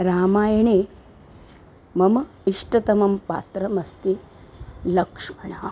रामायणे मम इष्टतमं पात्रमस्ति लक्ष्मणः